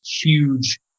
huge